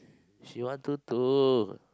she want to two